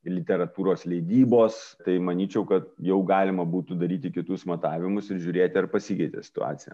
literatūros leidybos tai manyčiau kad jau galima būtų daryti kitus matavimus ir žiūrėti ar pasikeitė situacija